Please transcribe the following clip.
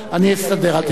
אני אסתדר, אל תדאג.